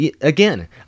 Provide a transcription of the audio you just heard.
again